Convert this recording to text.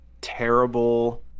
terrible